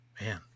Man